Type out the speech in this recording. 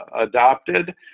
adopted